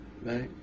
right